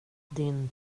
din